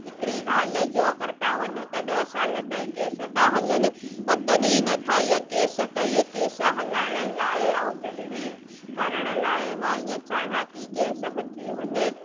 हिकिड़ी ॻाल्हि जो अगरि तव्हां वञो त ॾह साल ताईं केस था हलनि पतन ही नथा इहा केस त इहा केस हलाइण लाइ ऐं जल्दी करण लाइ मां इअं चाहियां थी केस बि थी वञे